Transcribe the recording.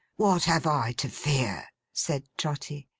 what have i to fear said trotty.